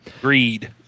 greed